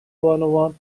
بانوان